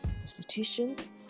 institutions